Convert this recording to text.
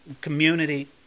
community